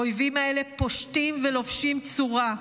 האויבים האלה פושטים ולובשים צורה,